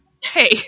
Hey